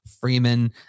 Freeman